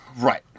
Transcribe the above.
Right